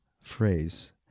phrase